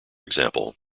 example